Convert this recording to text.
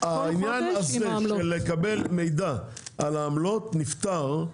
העניין הזה של לקבל מידע על העמלות נפתר,